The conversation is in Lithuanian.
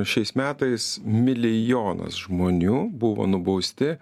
šiais metais milijonas žmonių buvo nubausti